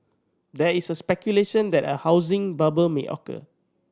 there is a speculation that a housing bubble may occur